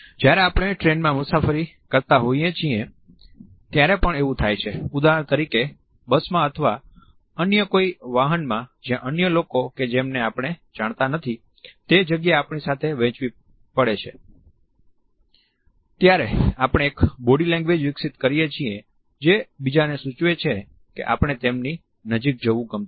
જ્યારે આપણે ટ્રેનમાં મુસાફરી કરતા હોઈએ છીએ ત્યારે પણ એવું થાય છે ઉદાહરણ તરીકે બસમાં અથવા અન્ય કોઈ વાહનમાં જ્યાં અન્ય લોકો કે જેમને આપણે જાણતા નથી તે જગ્યા આપણી સાથે વહેચવી પડે છે ત્યારે આપણે એક બોડી લેંગ્વેજ વિકસિત કરીએ છીએ જે બીજાને સૂચવે છે કે આપણને તેમની નજીક જવું ગમતું નથી